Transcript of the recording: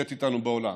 שנמצאת איתנו באולם,